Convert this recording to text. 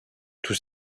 tout